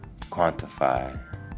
quantify